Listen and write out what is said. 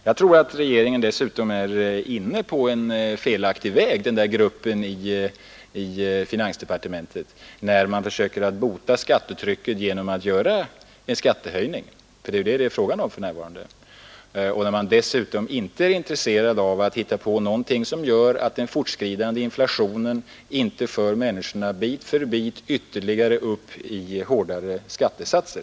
Jag tror att den här gruppen i finansdepartementet dessutom är inne på fel väg när man försöker bota skattetrycket genom att föreslå en skattehöjning — för det är det det är fråga om för närvarande — och när man därtill inte är intresserad av att hitta på någonting som gör att den fortskridande inflationen inte för människorna bit för bit ytterligare upp i hårdare skattesatser.